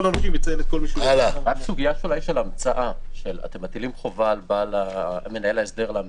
הנושים ו- -- אתם מטילים חובה על מנהל ההסדר להמציא.